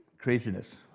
Craziness